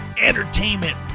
entertainment